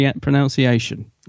pronunciation